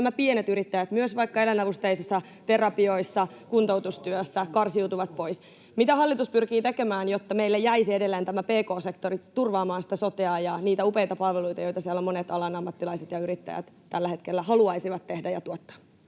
nämä pienet yrittäjät, myös vaikka eläinavusteisissa terapioissa ja kuntoutustyössä, karsiutuvat pois. Mitä hallitus pyrkii tekemään, jotta meille jäisi edelleen pk-sektori turvaamaan sotea ja niitä upeita palveluita, joita siellä monet alan ammattilaiset ja yrittäjät tällä hetkellä haluaisivat tehdä ja tuottaa?